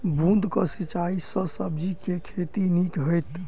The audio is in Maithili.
बूंद कऽ सिंचाई सँ सब्जी केँ के खेती नीक हेतइ?